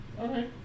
Okay